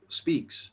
speaks